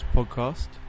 podcast